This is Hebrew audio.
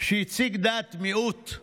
שהציג דעת מיעוט,